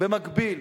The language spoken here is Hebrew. לעשות במקביל,